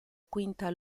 quinta